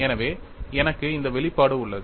எனவே எனக்கு இந்த வெளிப்பாடு உள்ளது